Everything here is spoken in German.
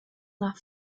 nach